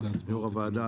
יו"ר הוועדה,